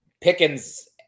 Pickens